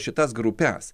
šitas grupes